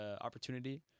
opportunity